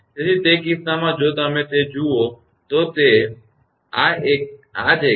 તેથી તે કિસ્સામાં જો તમે તે જુઓ તો તે આ જ એક છે